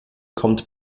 kommt